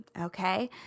Okay